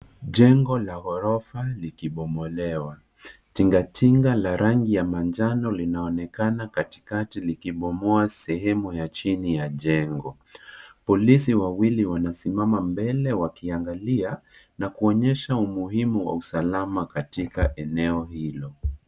Jengo la ghorofa likibomolewa. Tinga tinga la rangi ya manjano linaonekana katikati likibomoa sehemu ya chini ya jengo. Polisi wawili wanasimama mbele wakiangalia na kuonyesha umuhimu wa usalama katika eneo hilo.